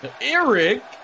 Eric